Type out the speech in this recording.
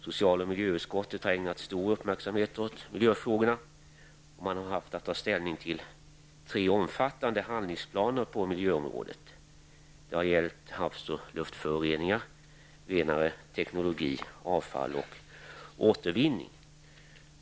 Social och miljöutskottet har ägnat stor uppmärksamhet åt miljöfrågorna. Man har bl.a. haft att ta ställning till tre omfattande handlingsplaner på miljöområdet. Dessa har gällt havs och luftföroreningar, renare teknologi, avfall och återvinning.